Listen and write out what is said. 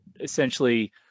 essentially